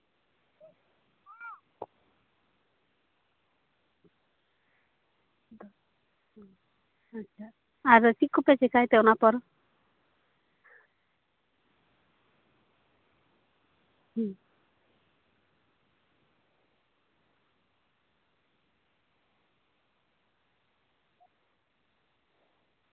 ᱟᱫᱚ ᱪᱮᱫ ᱠᱚᱯᱮ ᱪᱮᱠᱟᱭᱛᱮ ᱚᱱᱟᱯᱚᱨ ᱦᱩᱸ